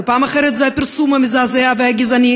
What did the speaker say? ופעם אחרת זה הפרסום המזעזע והגזעני